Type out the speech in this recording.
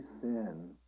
sin